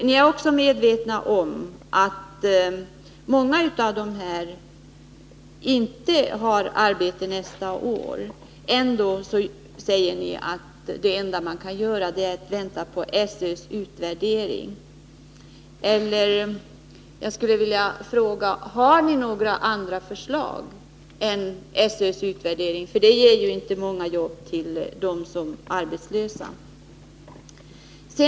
Ni är också medvetna om att många av de ungdomar det gäller inte har arbete nästa år. Ändå säger ni att det enda man kan göra är att vänta på SÖ:s utvärdering. Eller har ni några andra förslag än att vänta på utvärderingen, för den ger ju inte många jobb till dem som är arbetslösa?